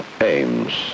aims